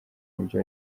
mujyi